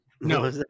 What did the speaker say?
No